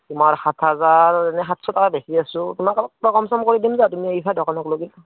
তোমাৰ সাত হাজাৰ এনেই সাতছ টকা বেচি আছো তোমাক অলপ কিবা কম চম কৰি দিম দিয়া তুমি আহিবা দোকানৰলৈকে